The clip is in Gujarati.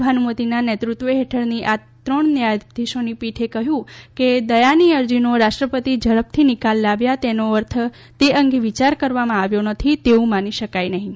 ભાનુમતીના નેતૃત્વ હેઠળની ત્રણ ન્યાયાધીશોની પીઠે કહ્યું હતું કે દયાની અરજીનો રાષ્ટ્રપતિ ઝડપથી નિકાલ લાવ્યા તેનો અર્થ તે અંગે વિયાર કરવામાં આવ્યો નથી તેવું માની શકાય નહીં